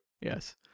Yes